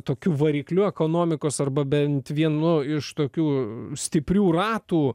tokiu varikliu ekonomikos arba bent vienu iš tokių stiprių ratų